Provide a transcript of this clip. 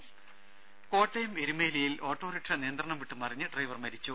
രുക കോട്ടയം എരുമേലിയിൽ ഓട്ടോറിക്ഷ നിയന്ത്രണം വിട്ട് മറിഞ്ഞ് ഡ്രൈവർ മരിച്ചു